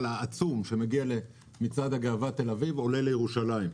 העצום שמגיע למצעד הגאווה בתל-אביב עולה לירושלים.